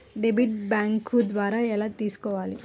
Debit bank ద్వారా ఎలా తీసుకోవాలి?